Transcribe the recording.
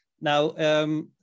Now